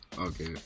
Okay